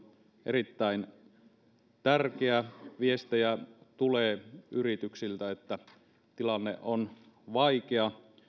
erittäin tärkeä yrityksiltä tulee viestejä että tilanne on vaikea